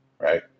right